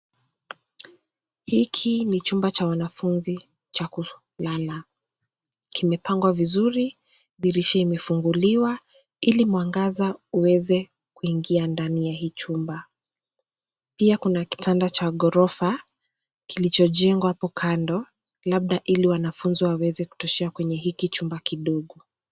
Hiki ni chumba cha wanafunzi cha kulala. Kimepangwa vizuri, dirisha imefunguliwa ili mwangaza uweze kuingia ndani ya hii chumba. Pia kuna kitanda cha ghorofoa kilichojengwa apo kando labda ili wanafunzi waweze kutoshea kwenye hiki chumba kidogo.